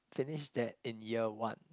finish that in year one